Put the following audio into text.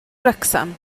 wrecsam